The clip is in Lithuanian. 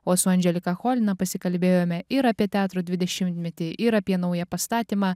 o su andželika cholina pasikalbėjome ir apie teatro dvidešimtmetį ir apie naują pastatymą